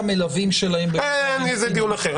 והמלווים שלהם בתקופת --- זה דיון אחר.